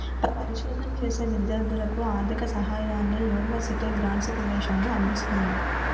పరిశోధన చేసే విద్యార్ధులకు ఆర్ధిక సహాయాన్ని యూనివర్సిటీ గ్రాంట్స్ కమిషన్ అందిస్తుంది